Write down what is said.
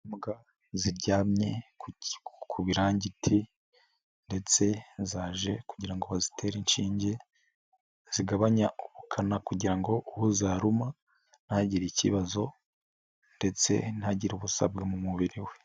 Imbwa ziryamye ku birangiti ndetse zaje kugira ngo bazitere inshinge zigabanya ubukana kugira ngo uwo zaruma ntagire ikibazo ndetse ntagire ubusabwa mu mubiri we.